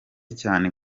cyane